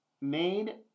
made